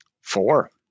Four